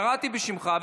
קראתי בשמך,